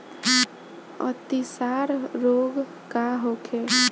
अतिसार रोग का होखे?